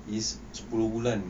is sepuluh bulan